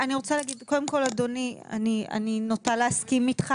קודם כל אדוני, אני נוטה להסכים איתך.